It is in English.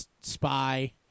spy